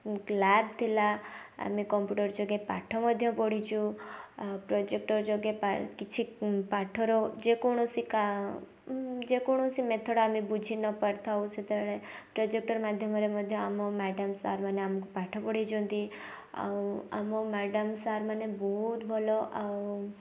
lab ଥିଲା ଆମେ computer ଯୋଗେ ପାଠ ମଧ୍ୟ ପଡ଼ିଛୁ ଆଉ ପ୍ରୋଜେକ୍ଟର ଯୋଗେ ପା କିଛି ପାଠ ର ଯେକୌଣସି କା ଯେକୌଣସି ମେଥଡ଼ ଆମେ ବୁଝିନପାରିଥାଉ ସେତେବେଳେ ପ୍ରୋଜେକ୍ଟର ମାଧ୍ୟମର ମଧ୍ୟ ଆମ ମ୍ୟାଡ଼ାମ ସାରମାନେ ଆମକୁ ପାଠ ପଢ଼େଇଛନ୍ତି ଆଉ ଆମ ମ୍ୟାଡ଼ାମ ସାରମାନେ ବହୁତ ଭଲ ଆଉ